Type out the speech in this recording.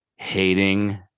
Hating